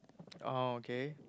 orh okay